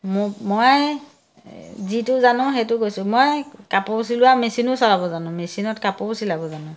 মোক মই যিটো জানো সেইটো কৈছোঁ মই কাপোৰ চিলোৱা মেচিনো চলাব জানো মেচিনত কাপোৰো চিলাব জানো